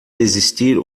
desistir